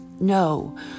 No